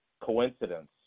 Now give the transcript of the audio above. coincidence